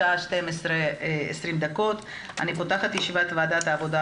השעה 12:20 ואני מתכבדת לפתוח את ישיבת ועדת העבודה,